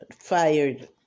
fired